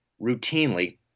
routinely